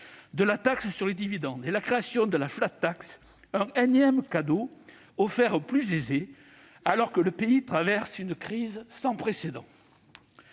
de la taxe sur les dividendes, et après la création de la, un énième cadeau offert aux plus aisés, alors que le pays traverse une crise sans précédent.